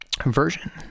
conversion